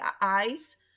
eyes